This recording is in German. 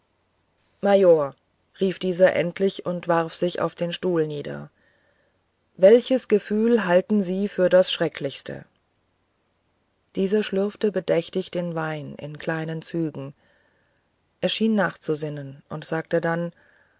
rief dieser endlich und warf sich auf den stuhl nieder welches gefühl halten sie für das schrecklichste dieser schlürfte bedächtig den wein in kleinen zügen er schien nachzusinnen und sagte dann